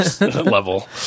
level